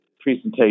presentation